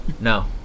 No